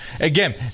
again